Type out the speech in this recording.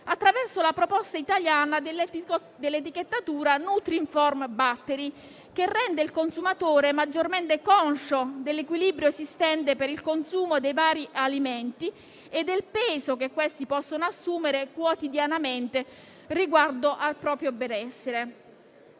attraverso la proposta italiana dell'etichettatura nutrinform battery, che rende il consumatore maggiormente conscio dell'equilibrio esistente per il consumo dei vari alimenti e del peso che questi possono assumere quotidianamente riguardo al proprio benessere.